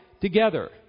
together